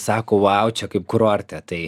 sako vau čia kaip kurorte tai